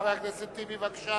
חבר הכנסת טיבי, בבקשה.